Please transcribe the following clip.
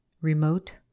Remote